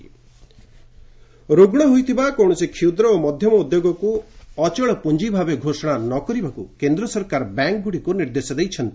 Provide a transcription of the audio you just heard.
FM banks ରୁଗ୍ଶ ହୋଇଥିବା କୌଣସି କ୍ଷୁଦ୍ର ଓ ମଧ୍ୟମ ଉଦ୍ୟୋଗକୁ ଅଚଳ ପୁଞ୍ଜି ଭାବେ ଘୋଷଣା ନ କରିବାକୁ କେନ୍ଦ୍ର ସରକାର ବ୍ୟାଙ୍କ୍ଗୁଡ଼ିକୁ ନିର୍ଦ୍ଦେଶ ଦେଇଛନ୍ତି